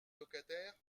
locataires